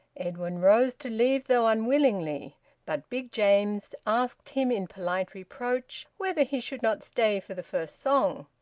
edwin rose to leave, though unwillingly but big james asked him in polite reproach whether he should not stay for the first song.